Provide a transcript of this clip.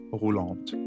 roulante